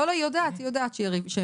היא יודעת שמיזגנו.